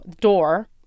door